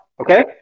okay